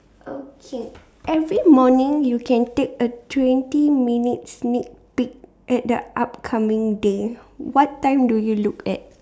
okay every morning you can take a twenty minutes sneak peek at the upcoming day what time do you look at